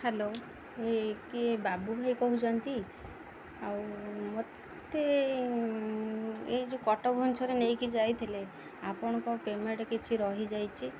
hello ଏ କିଏ ବାବୁ ଭାଇ କହୁଛନ୍ତି ଆଉ ମତେ ଏଇ ଯେଉଁ କଟକ ଭୋନ୍ସର୍ରେ ନେଇକି ଯାଇଥିଲେ ଆପଣଙ୍କ ପେମେଣ୍ଟ କିଛି ରହିଯାଇଛି